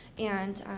and